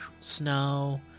snow